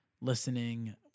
listening